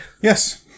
Yes